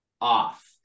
off